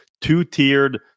two-tiered